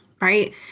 right